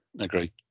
Agree